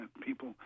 People